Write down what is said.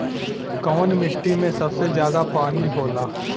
कौन मिट्टी मे सबसे ज्यादा पानी होला?